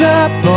up